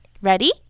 Ready